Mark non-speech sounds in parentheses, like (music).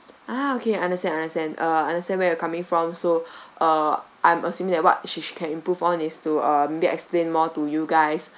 ah okay understand understand uh understand where you're coming from so (breath) uh I'm assuming that what she she can improve on is to uh maybe explain more to you guys